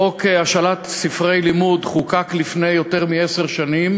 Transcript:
חוק השאלת ספרי לימוד חוקק לפני יותר מעשר שנים,